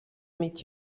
meet